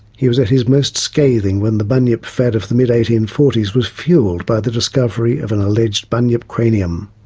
he was at his most scathing when the bunyip fad of the mid eighteen forty s was fuelled by the discovery of an alleged bunyip cranium.